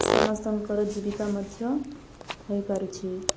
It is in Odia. ସମସ୍ତଙ୍କର ଜୀବିକା ମଧ୍ୟ ହୋଇପାରୁଛି